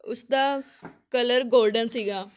ਉਸ ਦਾ colour golden ਸੀਗਾ